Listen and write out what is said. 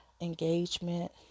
engagement